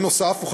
נוסף על כך,